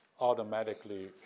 automatically